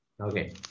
okay